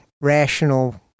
rational